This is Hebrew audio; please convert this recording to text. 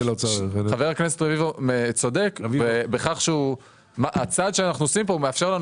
חבר הכנסת רביבו צודק בכך שהצעד שאנחנו עושים מאפשר לנו